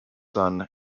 son